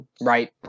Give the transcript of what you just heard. right